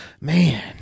Man